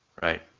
right?